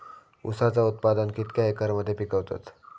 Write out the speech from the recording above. ऊसाचा उत्पादन कितक्या एकर मध्ये पिकवतत?